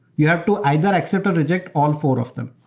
you have to either accept or reject all four of them.